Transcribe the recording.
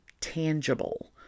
tangible